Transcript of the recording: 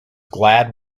glad